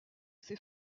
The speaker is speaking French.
ces